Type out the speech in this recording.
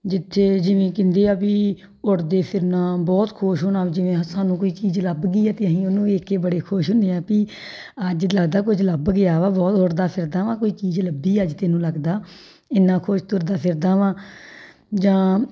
ਜਿੱਥੇ ਜਿਵੇਂ ਕਹਿੰਦੇ ਆ ਵੀ ਉੱਡਦੇ ਫਿਰਨਾ ਬਹੁਤ ਖੁਸ਼ ਹੋਣਾ ਜਿਵੇਂ ਸਾਨੂੰ ਕੋਈ ਚੀਜ਼ ਲੱਭ ਗਈ ਹੈ ਅਤੇ ਅਸੀਂ ਉਹਨੂੰ ਵੇਖ ਕੇ ਬੜੇ ਖੁਸ਼ ਹੁੰਦੇ ਹਾਂ ਵੀ ਅੱਜ ਲੱਗਦਾ ਕੁਝ ਲੱਭ ਗਿਆ ਵਾ ਬਹੁਤ ਉੱਡਦਾ ਫਿਰਦਾ ਵਾ ਕੋਈ ਚੀਜ਼ ਲੱਭੀ ਅੱਜ ਤੈਨੂੰ ਲੱਗਦਾ ਇੰਨਾ ਖੁਸ਼ ਤੁਰਦਾ ਫਿਰਦਾ ਵਾ ਜਾਂ